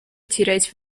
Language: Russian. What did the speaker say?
терять